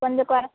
கொஞ்சம் கொ